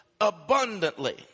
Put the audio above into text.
abundantly